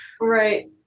right